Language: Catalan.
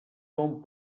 com